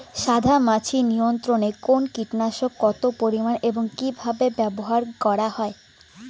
সাদামাছি নিয়ন্ত্রণে কোন কীটনাশক কত পরিমাণে এবং কীভাবে ব্যবহার করা হয়?